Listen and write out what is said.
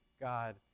God